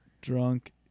Drunk